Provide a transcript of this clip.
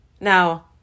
Now